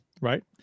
Right